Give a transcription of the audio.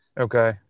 Okay